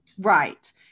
Right